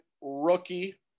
rookie